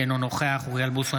אינו נוכח אוריאל בוסו,